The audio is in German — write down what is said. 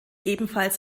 ebenfalls